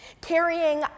carrying